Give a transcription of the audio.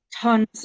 tons